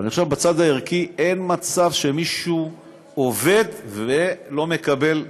אבל אני חושב שבצד הערכי אין מצב שמישהו עובד ולא מקבל כסף,